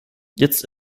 jetzt